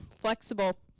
Flexible